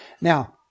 Now